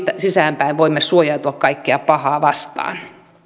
sisäänpäin voimme suojautua kaikkea pahaa vastaan